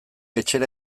etxera